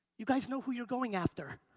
you guys know who you're going after.